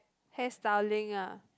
hairstyling ah